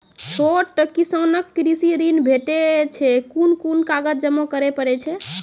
छोट किसानक कृषि ॠण भेटै छै? कून कून कागज जमा करे पड़े छै?